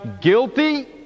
guilty